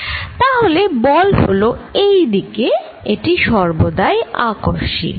তাহলে বল হলো এই দিকে এটি সর্বদাই আকর্ষী